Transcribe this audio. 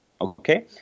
okay